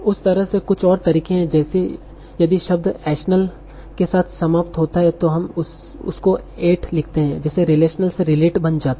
उस तरह से कुछ और तरीके हैं जैसे यदि शब्द 'ational' के साथ समाप्त होता है तो हम उसको 'ate' लिखते है जैसे relational से relate बन जाता है